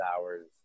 hours